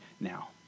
now